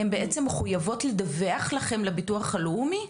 הן בעצם מחויבות לדווח לכם, למוסד לביטוח לאומי?